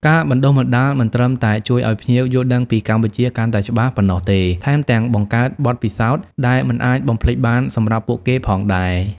ការបណ្តុះបណ្តាល មិនត្រឹមតែជួយឱ្យភ្ញៀវយល់ដឹងពីកម្ពុជាកាន់តែច្បាស់ប៉ុណ្ណោះទេ ថែមទាំងបង្កើតបទពិសោធន៍ដែលមិនអាចបំភ្លេចបានសម្រាប់ពួកគេផងដែរ។